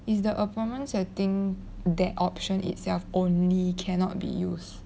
is the appointment setting that option itself only cannot be used